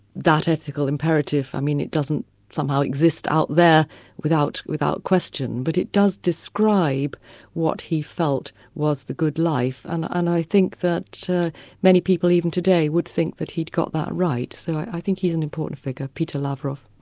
that ethical imperative, i mean it doesn't somehow exist out there without without question, but it does describe what he felt was the good life, and i think that many many people even today, would think that he'd got that right. so i think he is an important figure, peter lavrov.